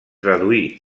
traduí